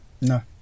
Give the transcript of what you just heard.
No